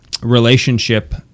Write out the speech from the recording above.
relationship